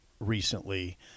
recently